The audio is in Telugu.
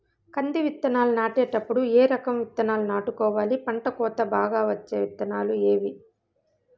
కంది విత్తనాలు నాటేటప్పుడు ఏ రకం విత్తనాలు నాటుకోవాలి, పంట కోత బాగా వచ్చే విత్తనాలు ఏవీ?